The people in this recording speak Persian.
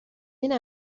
این